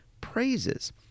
praises